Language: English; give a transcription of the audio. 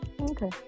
Okay